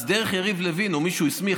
אז דרך יריב לוין או מי שהוא הסמיך,